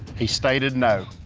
he stated, no.